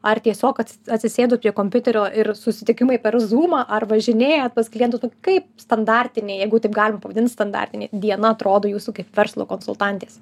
ar tiesiog atsi atsisėdu prie kompiuterio ir susitikimai per zūmą ar važinėjat pas klientus va kaip standartinė jeigu taip galima pavadint standartinė diena atrodo jūsų kaip verslo konsultantės